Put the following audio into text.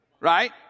Right